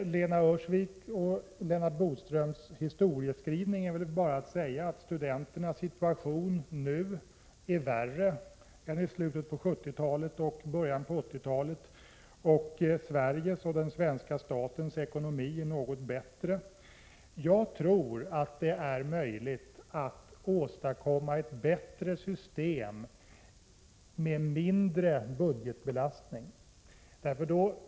Till Lena Öhrsviks och Lennart Bodströms historieskrivning är bara att säga att studenternas situation nu är värre än den var i slutet av 1970-talet och början av 1980-talet, och Sveriges och svenska statens ekonomi är något bättre. Jag tror att det är möjligt att åstadkomma ett bättre system med mindre budgetbelastning.